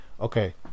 Okay